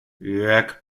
jörg